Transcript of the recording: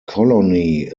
colony